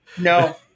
no